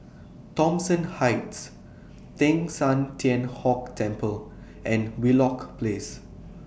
Thomson Heights Teng San Tian Hock Temple and Wheelock Place